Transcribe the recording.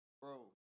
Bro